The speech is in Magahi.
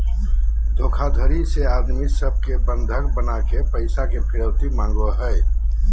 धोखाधडी से आदमी सब के बंधक बनाके पैसा के फिरौती मांगो हय